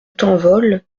tanvol